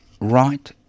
right